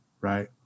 right